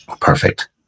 Perfect